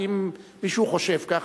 כי אם מישהו חושב כך,